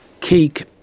cake